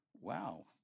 wow